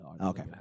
Okay